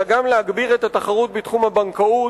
אלא גם להגביר את התחרות בתחום הבנקאות,